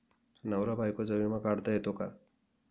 नवरा बायकोचा विमा काढता येतो का?